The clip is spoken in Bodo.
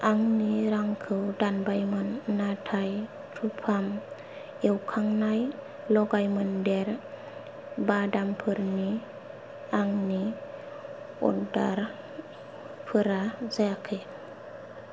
आंनि रांखौ दानबायमोन नाथाय त्रुफार्म एवखांनाय लगायमोन्देर बादामफोरनि आंनि अर्डारफोरा जायाखै